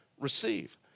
receive